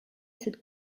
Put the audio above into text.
cette